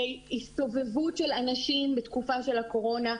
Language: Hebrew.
להסתובבות של אנשים בתקופה של הקורונה.